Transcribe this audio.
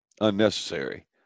unnecessary